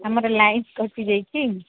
ଆମର ଲାଇଟ୍ କଟିଯାଇଛି